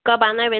कब आना है वै